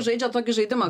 žaidžiat tokį žaidimą